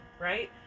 right